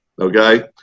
okay